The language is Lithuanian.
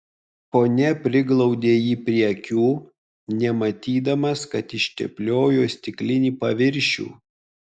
kone priglaudė jį prie akių nematydamas kad ištepliojo stiklinį paviršių